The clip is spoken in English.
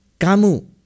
Kamu